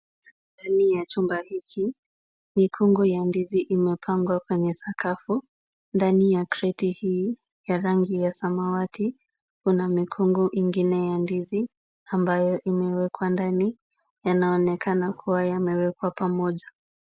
Ndani ya chumba hiki, mikungu ya ndizi imepangwa kwenye sakafu. Ndani ya kreti hii ya rangi ya samawati, kuna mikungu ingine ya ndizi ambayo imewekwa ndani. Yanaonekana kuwa yamewekwa pamoja.